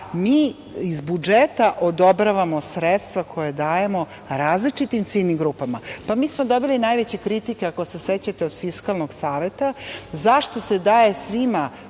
mi iz budžeta odobravamo sredstva koja dajemo različitim ciljnim grupama. Mi smo dobili najveće kritike, ako se sećate od Fisklanog saveta zašto se daje svima